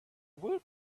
woot